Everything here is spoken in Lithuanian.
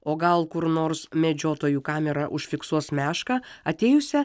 o gal kur nors medžiotojų kamera užfiksuos mešką atėjusią